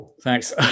thanks